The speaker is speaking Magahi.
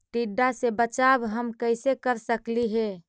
टीडा से बचाव हम कैसे कर सकली हे?